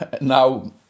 now